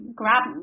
grab